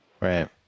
Right